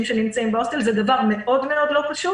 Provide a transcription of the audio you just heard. שנמצאים בהוסטל זה דבר מאוד מאוד לא פשוט.